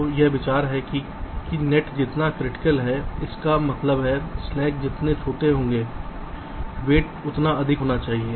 तो यह विचार है कि नेट जितना क्रिटिकल है इसका मतलब है स्लैक जितने छोटे होंगे वेट उतना अधिक होना चाहिए